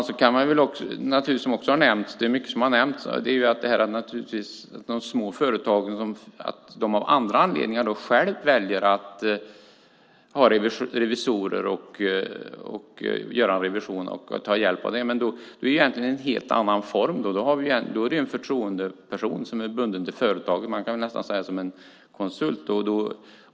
Sedan kan man naturligtvis, som också har nämnts - det är mycket som har nämnts - konstatera att de små företagen av andra anledningar själva väljer att ta hjälp av revisorer och göra en revision. Men det är egentligen en helt annan form. Då är det ju en förtroendeperson som är bunden till företaget, man kan nästan säga som en konsult.